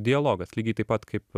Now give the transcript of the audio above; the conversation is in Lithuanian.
dialogas lygiai taip pat kaip